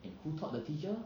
and who taught the teacher